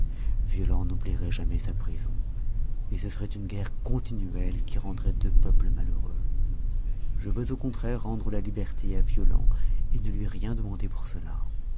violent n'oublierait jamais sa prison et ce serait une guerre continuelle qui rendrait deux peuples malheureux je veux au contraire rendre la liberté à violent et ne lui rien demander pour cela